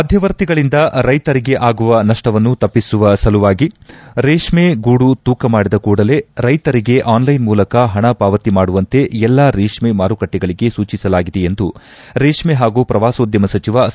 ಮಧ್ವವರ್ತಿಗಳಿಂದ ರೈತರಿಗೆ ಆಗುವ ನಷ್ವವನ್ನು ತಪ್ಪಿಸುವ ಸಲುವಾಗಿ ರೇಷ್ಗೆಗೂಡು ತೂಕ ಮಾಡಿದ ಕೂಡಲೇ ರೈತರಿಗೆ ಆನ್ಲೈನ್ ಮೂಲಕ ಹಣ ಪಾವತಿ ಮಾಡುವಂತೆ ಎಲ್ಲಾ ರೇಷ್ಠೆ ಮಾರುಕಟ್ಟೆಗಳಿಗೆ ಸೂಚಿಸಲಾಗಿದೆ ಎಂದು ರೇಷ್ಠೆ ಹಾಗೂ ಪ್ರವಾಸೋಧ್ಯಮ ಸಚಿವ ಸಾ